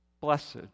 blessed